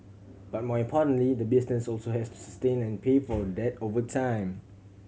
but more importantly the business also has to sustain and pay for that over time